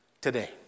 today